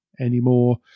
anymore